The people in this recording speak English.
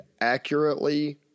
accurately